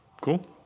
Cool